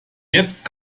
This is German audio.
jetzt